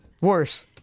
Worse